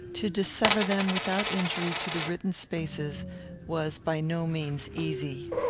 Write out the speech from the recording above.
to dissever them without injury to the written spaces was by no means easy.